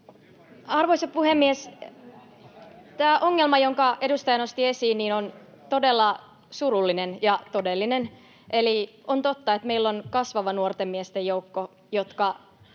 Arvoisa puhemies! Tämä ongelma, jonka edustaja nosti esiin, on todella surullinen ja todellinen. Eli on totta, että meillä on kasvava nuorten miesten joukko, joka